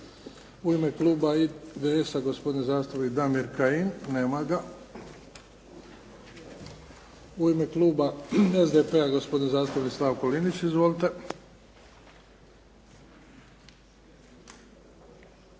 U ime Kluba IDS-a gospodin zastupnik Damir Kajin. Nema ga. U ime Kluba SDP-a gospodin zastupnik Slavko Linić. Izvolite.